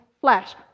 flash